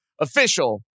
Official